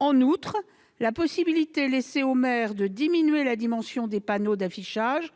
En outre, la possibilité laissée au maire de diminuer la dimension des panneaux d'affichage